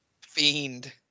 fiend